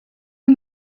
are